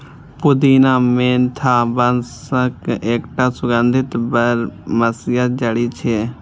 पुदीना मेंथा वंशक एकटा सुगंधित बरमसिया जड़ी छियै